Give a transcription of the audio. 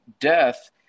death